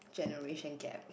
generation gap